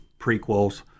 prequels